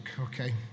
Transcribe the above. Okay